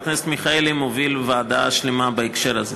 חבר הכנסת מיכאלי מוביל ועדה שלמה בהקשר הזה.